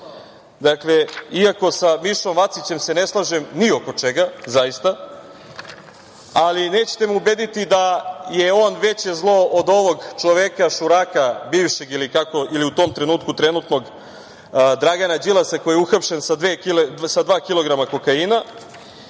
Dakle, iako sa Mišom Vacićem se ne slažem ni oko čega zaista, ali nećete me ubediti da je on veće zlo od ovog čoveka, šuraka, bivšeg ili u tom trenutku, trenutno Dragana Đilasa koji je uhapšen sa dva kilograma